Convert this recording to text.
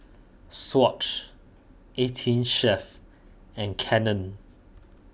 Swatch eighteen Chef and Canon